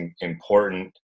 important